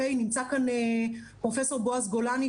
נמצא כאן פרופ' בועז גולני,